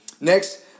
Next